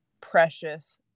precious